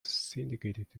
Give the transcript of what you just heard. syndicated